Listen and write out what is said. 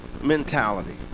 mentality